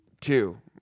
two